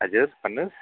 हजुर भन्नुहोस्